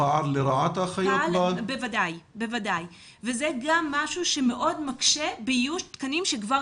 זה גם משהו שמאוד מקשה באיוש תקנים שכבר